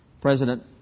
President